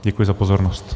Děkuji za pozornost.